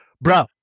bro